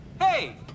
Hey